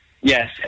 Yes